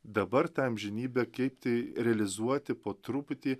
dabar tą amžinybę keipti realizuoti po truputį